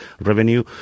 revenue